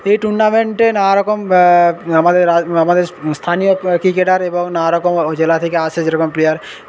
এই টুর্নামেন্টে নানারকম আমাদের আমাদের স্থানীয় ক্রিকেটার এবং নানা রকমের জেলা থেকে আসে যেরকম প্লেয়ার